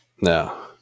No